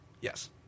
Yes